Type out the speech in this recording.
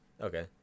Okay